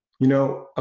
you know